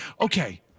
Okay